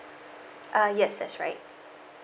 uh yes that's right